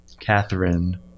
Catherine